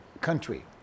country